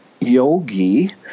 yogi